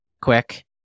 quick